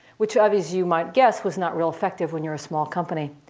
which um as you might guess was not real effective when you're a small company.